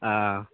ꯑꯥ